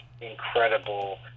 incredible